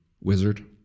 wizard